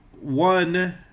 one